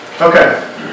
Okay